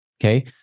Okay